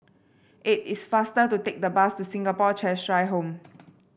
it is faster to take the bus to Singapore Cheshire Home